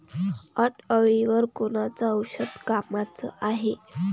उंटअळीवर कोनचं औषध कामाचं हाये?